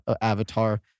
Avatar